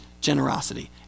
generosity